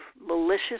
malicious